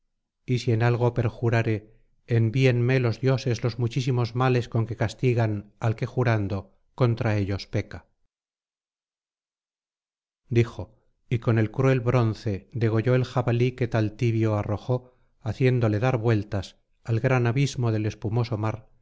y si en algo perjurare envíenme los dioses los muchísimos males con que castigan al que jurando contra ellos peca dijo y con el cruel bronce degolló el jabalí que taltibio arrojó haciéndole dar vueltas al gran abismo del espumoso mar